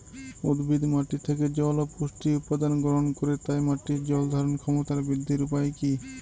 উদ্ভিদ মাটি থেকে জল ও পুষ্টি উপাদান গ্রহণ করে তাই মাটির জল ধারণ ক্ষমতার বৃদ্ধির উপায় কী?